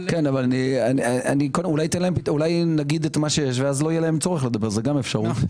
אולי אגיד מה שיש ואז לא יהיה להם צורך לדבר זו גם אפשרות.